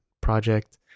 project